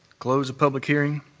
close the public hearing.